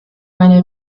meine